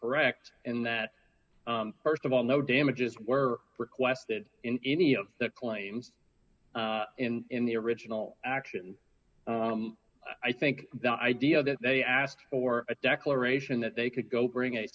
correct and that st of all no damages were requested in any of the claims in the original action i think the idea that they asked for a declaration that they could go bring a